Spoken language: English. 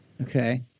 Okay